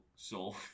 soul